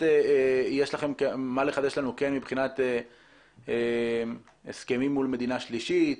יש לכם מה לחדש לנו מבחינת הסכמים מול מדינה שלישית?